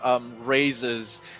raises